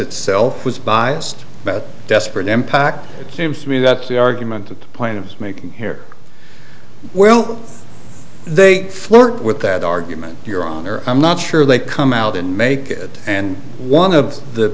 itself was biased but desperate impact it seems to me that's the argument the point of making here well they flirt with that argument your honor i'm not sure they come out and make it and one of the